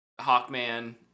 Hawkman